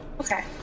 Okay